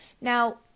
Now